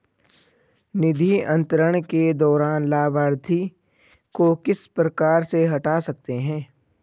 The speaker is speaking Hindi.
निधि अंतरण के दौरान लाभार्थी को किस प्रकार से हटा सकते हैं?